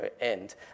end